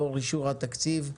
לאור אישור התקציב,